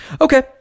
Okay